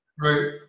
Right